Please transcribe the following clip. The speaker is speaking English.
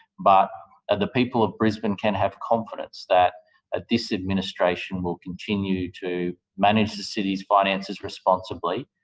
but and the people of brisbane can have confidence that this administration will continue to manage the city's finances responsibly,